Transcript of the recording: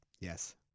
Yes